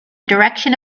direction